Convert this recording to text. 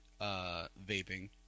vaping